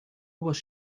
was